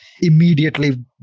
immediately